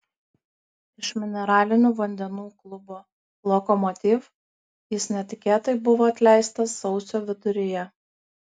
iš mineralinių vandenų klubo lokomotiv jis netikėtai buvo atleistas sausio viduryje